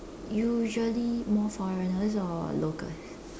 usually more foreigners or locals